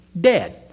dead